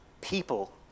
people